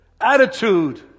attitude